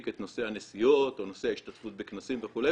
את נושא הנסיעות או נושא ההשתתפות בכנסים וכו'.